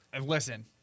listen